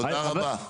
תודה רבה.